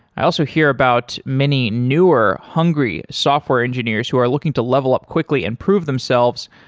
i also hear about many newer hungry software engineers who are looking to level up quickly and prove themselves,